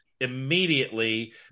immediately